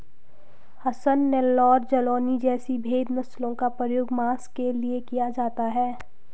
हसन, नेल्लौर, जालौनी जैसी भेद नस्लों का प्रयोग मांस के लिए किया जाता है